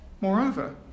Moreover